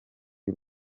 y’u